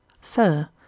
Sir